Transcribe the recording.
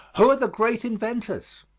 who are the great inventors?